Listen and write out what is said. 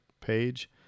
page